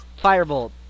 firebolt